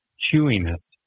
chewiness